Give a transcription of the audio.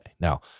Now